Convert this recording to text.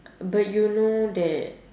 but you know that